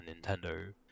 Nintendo